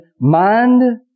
mind